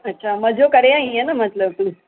अच्छा मज़ो करे आई आहीं मतलबु तूं